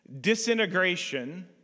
disintegration